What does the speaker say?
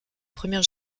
première